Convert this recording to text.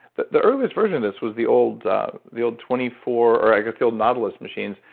the the earliest version this was the old the old twenty four or i guess the old nautilus machines.